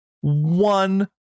one